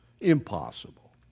Impossible